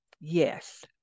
Yes